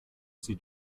sieht